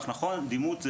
דימות,